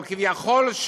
אבל כביכול,